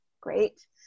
Great